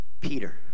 Peter